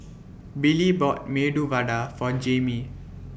Billie bought Medu Vada For Jamie